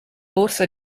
borsa